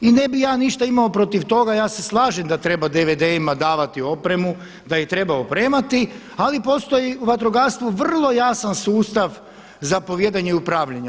I ne bi ja imao ništa protiv toga, ja se slažem da treba DVD-ima davati opremu, da ih treba opremati ali postoji u vatrogastvu vrlo jasan sustav zapovijedanja i upravljanja.